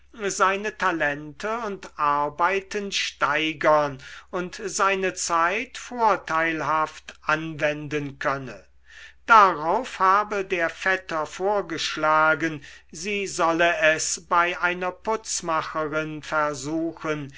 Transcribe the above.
seine talente und arbeiten steigern und seine zeit vorteilhaft anwenden könne darauf habe der vetter vorgeschlagen sie solle es bei einer putzmacherin versuchen